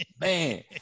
man